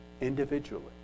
individually